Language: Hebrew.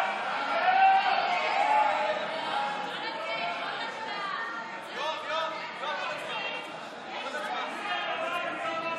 ההצעה להעביר את הצעת חוק שיפוט בתי דין דתיים (בוררות),